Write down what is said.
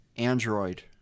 Android